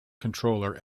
controller